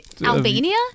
Albania